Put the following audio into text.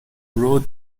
wrote